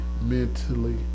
mentally